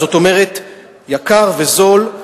זאת אומרת יקר וזול,